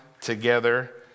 together